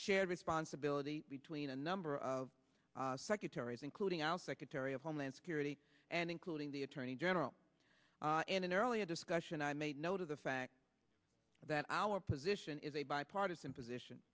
shared responsibility between a number of secretaries including our secretary of homeland security and including the attorney general in an earlier discussion i made note of the fact that our position is a bipartisan position